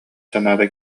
санаата